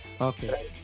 Okay